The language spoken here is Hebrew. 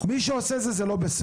מי שעושה את זה, זה לא בסדר.